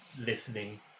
listening